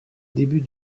début